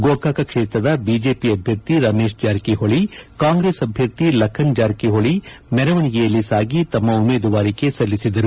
ಗೋಕಾಕ ಕ್ಷೇತ್ರದ ಬಿಜೆಪಿ ಅಭ್ಯರ್ಥಿ ರಮೇಶ್ ಜಾರಕಿಹೊಳಿಕಾಂಗ್ರೆಸ್ ಅಭ್ಯರ್ಥಿ ಲಖನ್ ಜಾರಕಿಹೊಳಿ ಮೆರವಣಿಗೆಯಲ್ಲಿ ಸಾಗಿ ತಮ್ಮ ಉಮೇದುವಾರಿಕೆ ಸಲ್ಲಿಸಿದರು